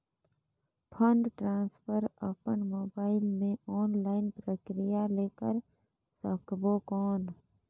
Fund transfer अपन mobile मे online प्रक्रिया ले कर सकबो कौन?